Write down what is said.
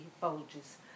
bulges